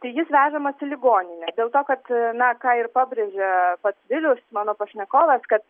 tai jis vežamas į ligoninę dėl to kad na ką ir pabrėžė pats vilius mano pašnekovas kad